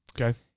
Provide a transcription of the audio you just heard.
Okay